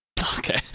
Okay